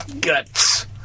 guts